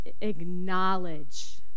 acknowledge